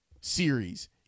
series